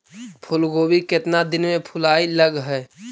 फुलगोभी केतना दिन में फुलाइ लग है?